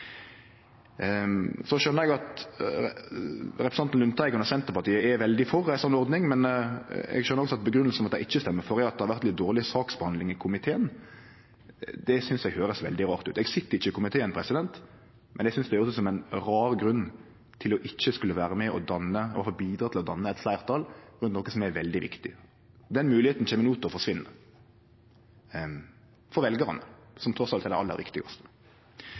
Så skjøner eg at representanten Lundteigen og Senterpartiet er veldig for ei sånn ordning, men eg skjøner òg at grunnen til at dei ikkje stemmer for, er at det har vore ei litt dårleg saksbehandling i komiteen. Det synest eg høyrest veldig rart ut. Eg sit ikkje i komiteen, men eg synest det høyrest ut som ein rar grunn til ikkje å skulle vere med på å bidra til å danne eit fleirtal for noko som er veldig viktig. Den moglegheita kjem no til å forsvinne for veljarane, som trass i alt er det aller viktigaste.